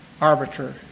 arbiter